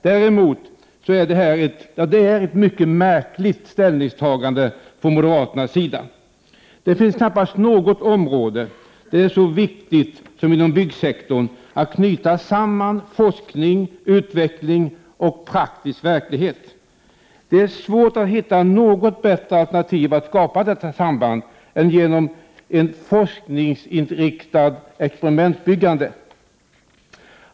Detta är ett mycket märkligt ställningstagande från moderaternas sida. Det finns knappast något område där det är så viktigt som inom byggsektorn att knyta samman forskning, utveckling och praktisk verklighet. Det är svårt att hitta något bättre alternativ för att skapa detta samband än genom ett forskningsinriktat experimentbyggande.